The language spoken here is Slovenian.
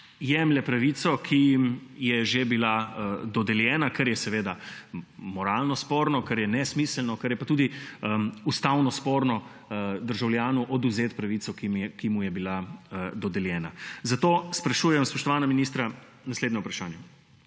jemlje pravico, ki jim je že bila dodeljena, kar je seveda moralno sporno, kar je nesmiselno, kar je pa tudi ustavno sporno državljanu odvzeti pravico, ki mu je bila dodeljena. Zato sprašujem, spoštovana ministra, naslednja vprašanja: